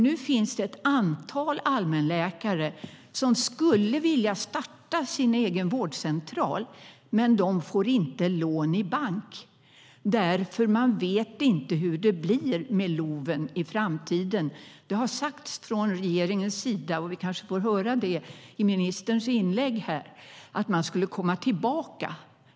Nu finns det ett antal allmänläkare som skulle vilja starta sin egen vårdcentral, men de får inte lån i bank eftersom man inte vet hur det blir med LOV i framtiden. Det har sagts från regeringens sida - och vi kanske får höra det i ministerns inlägg här - att man skulle komma tillbaka.